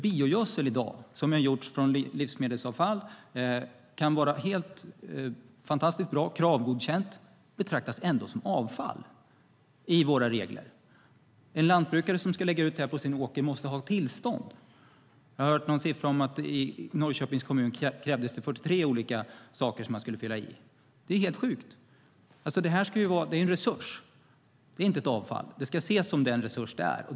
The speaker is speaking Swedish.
Biogödseln, som är gjord av livsmedelsavfall, kan vara fantastiskt bra och Kravgodkänd men betraktas ändå som avfall enligt våra regler i dag. En lantbrukare som ska lägga ut det på sin åker måste ha tillstånd. Jag hörde något om att det i Norrköpings kommun krävdes att man fyllde i 43 olika saker. Det är helt sjukt. Det här är en resurs och inte ett avfall. Det ska ses som den resurs det är.